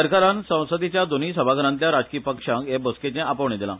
सरकारान संसदेच्या दोनूय सभाघरांतल्या राजकी पक्षांक हे बसकेचे आपोवणे दिला